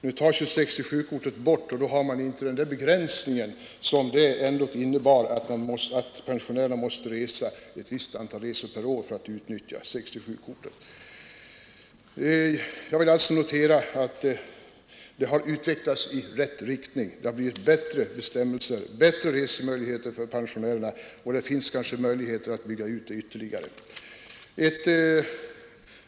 Nu tas 67-kortet bort, och då finns inte längre den begränsning som det ändå innebar att pensionärerna måste resa ett visst antal resor per år för att utnyttja kortet till fullo. Jag noterar sålunda att här har varit en utveckling i rätt riktning, vi har fått bättre bestämmelser och bättre resmöjligheter för pensionärerna, och det finns kanske möjligheter att bygga ut förmånen ytterligare.